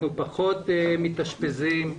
אנחנו פחות מתאשפזים,